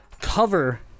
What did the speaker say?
cover